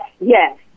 Yes